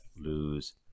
lose